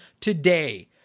today